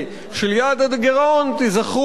תיזכרו בהצעת החוק הזו.